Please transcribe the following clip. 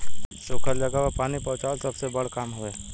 सुखल जगह पर पानी पहुंचवाल सबसे बड़ काम हवे